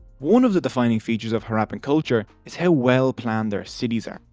one of the defining features of harappan culture is how well planned their cities ah